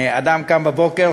אדם קם בבוקר,